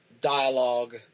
dialogue